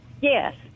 Yes